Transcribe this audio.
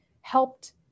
helped